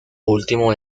último